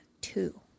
Two